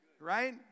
Right